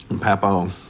Papa